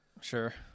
Sure